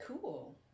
cool